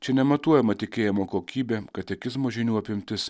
čia nematuojama tikėjimo kokybė katekizmo žinių apimtis